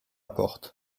porte